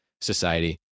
society